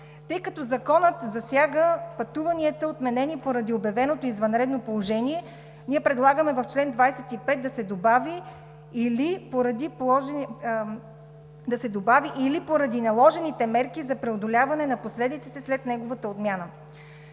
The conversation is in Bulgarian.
Тъй като Законът засяга пътуванията, отменени поради обявеното извънредно положение, ние предлагаме в чл. 25 да се добави „или поради наложените мерки за преодоляване на последиците след неговата отмяна“.